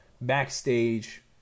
backstage